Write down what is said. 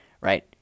right